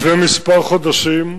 לפני מספר חודשים,